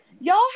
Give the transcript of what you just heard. y'all